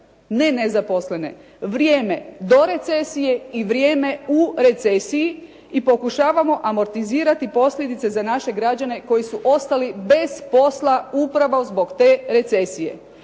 ne nezaposlene. Vrijeme do recesije i vrijeme u recesiji. I pokušavamo amortizirati posljedice za naše građane koji su ostali bez posla upravo zbog te recesije,